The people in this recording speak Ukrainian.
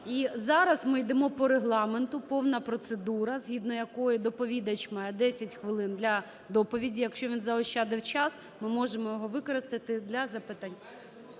І зараз ми йдемо по Регламенту – повна процедура, згідно якої доповідач має 10 хвилин для доповіді. Якщо він заощадив час, ми можемо його використати для запитань.